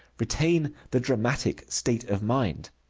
retain the dramatic state of mind.